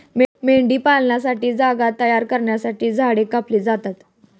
मेंढीपालनासाठी जागा तयार करण्यासाठी झाडे कापली जातात